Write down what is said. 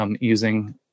using